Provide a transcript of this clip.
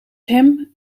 hem